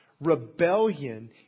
rebellion